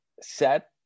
Set